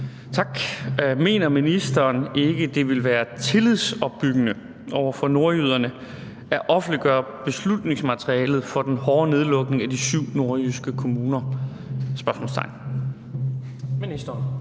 Tak. Mener ministeren ikke, at det ville være tillidsopbyggende over for nordjyderne at offentliggøre beslutningsmaterialet for den hårde nedlukning for de syv nordjyske kommuner? Kl. 16:08 Tredje